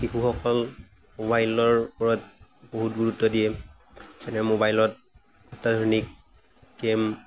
শিশুসকল মোবাইলৰ ওপৰত বহুত গুৰুত্ব দিয়ে মোবাইলত অত্যাধুনিক গেম